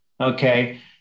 Okay